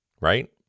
right